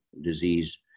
disease